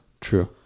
True